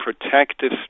protective